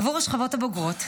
עבור השכבות הבוגרות,